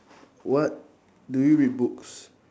what do you read books